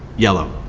yellow.